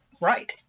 Right